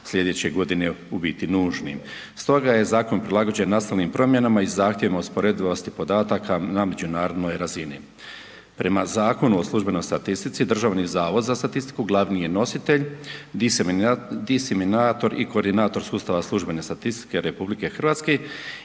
slijedeće godine u biti nužnim. Stoga je zakon prilagođen nastalim promjenama i zahtjevima usporedivosti podataka na međunarodnoj razini. Prema Zakonu o službenoj statistici Državni zavod za statistiku glavni je nositelj, disiminator i koordinator sustava službene statistike RH i glavni